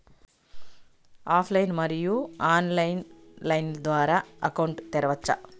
Online, మరియు offline line ద్వారా account తెరవచ్చా?